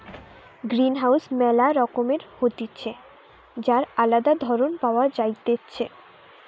greenhouse ম্যালা রকমের হতিছে যার আলদা ধরণ পাওয়া যাইতেছে